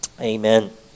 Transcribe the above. Amen